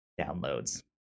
downloads